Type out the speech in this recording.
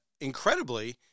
incredibly